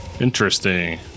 Interesting